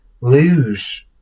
lose